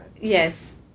Yes